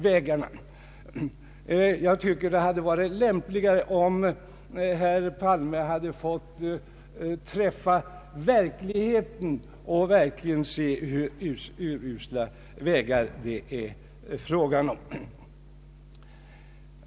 Jag tycker att det hade varit lämpligare om herr Palme hade fått träffa på verkligheten och se hur urusla vägar det är fråga om.